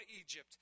Egypt